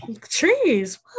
Trees